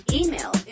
email